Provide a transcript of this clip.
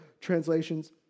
translations